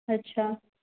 अच्छा